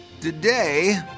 Today